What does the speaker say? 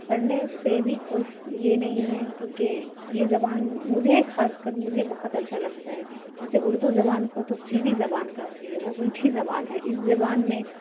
کرنے سے بھی کوئی یہ نہیں ہے کیونکہ یہ زبان مجھے خاص کر مجھے بہت اچھا لگتا ہے ویسے اردو زبان کو تو شیریں زبان کہتے ہیں وہ میٹھی زبان ہے اس زبان میں